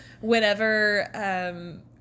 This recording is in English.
Whenever